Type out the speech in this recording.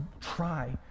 try